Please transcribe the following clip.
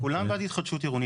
כולם בעד התחדשות עירונית,